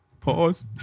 Pause